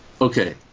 Okay